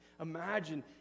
Imagine